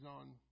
on